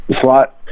slot